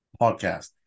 Podcast